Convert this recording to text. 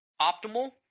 Optimal